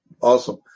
Awesome